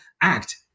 act